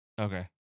Okay